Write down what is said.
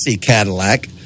Cadillac